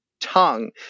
tongue